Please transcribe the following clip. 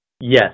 Yes